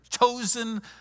chosen